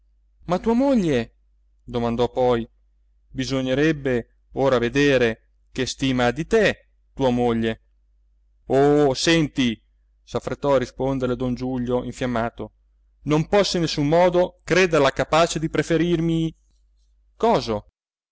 ma tua moglie domandò poi bisognerebbe ora vedere che stima ha di te tua moglie oh senti s'affrettò a risponderle don giulio infiammato non posso in nessun modo crederla capace di preferirmi coso